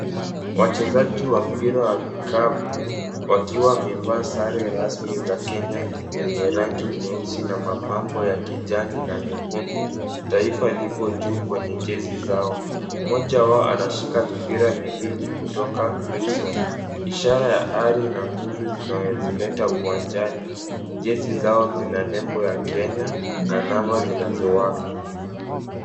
Wachezaji wa mpira wa vikapu wakiwa wamevaa sare rasmi za Kenya zenye rangi nyeusi na mapambo ya kijani na nyekundu. Taifa lipo juu kwenye jezi zao. Mmoja wao anashika mipira miwili kutoka Wilson. Ishara ya ari na nguvu zinazileta uwanjani. Jezi zao zina nembo ya Kenya na namba zinazowaka.